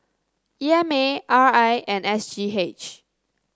E M A R I and S G H